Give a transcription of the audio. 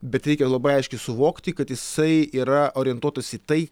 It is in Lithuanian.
bet reikia labai aiškiai suvokti kad jisai yra orientuotas į tai